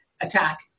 attack